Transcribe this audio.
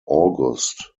august